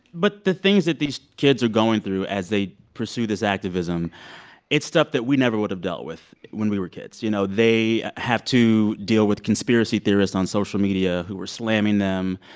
but the things that these kids are going through as they pursue this activism it's stuff that we never would've dealt with when we were kids. you know, they have to deal with conspiracy theorists on social media who were slamming them.